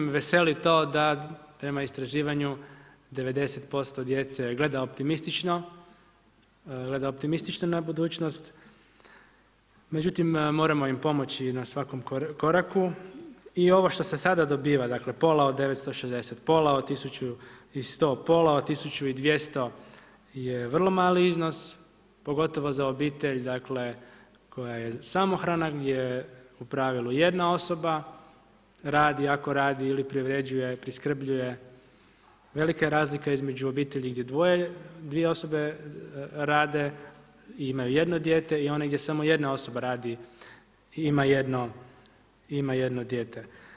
Veseli to da prema istraživanju 90% djece gleda optimistično na budućnost, međutim moramo im pomoći na svakom koraku i ovo što se sada dobiva, dakle pola od 960, pola od 1100, pola od 1200 je vrlo mali iznos, pogotovo za obitelj koja je samohrana gdje u pravilu jedna osoba radi, ako radi, ili privređuje, priskrbljuje, velika je razlika između obitelji gdje dvoje, dvije osobe rade i imaju jedno dijete i one gdje samo jedna osoba radi i ima jedno dijete.